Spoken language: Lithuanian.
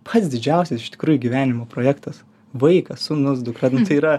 pats didžiausias iš tikrųjų gyvenimo projektas vaikas sūnus dukra yra